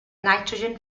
nitrogen